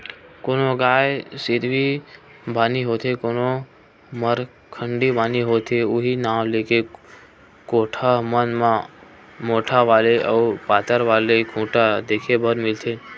कोनो गाय सिधवी बानी होथे कोनो मरखंडी बानी होथे उहीं नांव लेके कोठा मन म मोठ्ठ वाले अउ पातर वाले खूटा देखे बर मिलथे